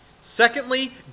Secondly